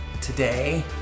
today